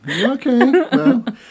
Okay